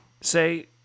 say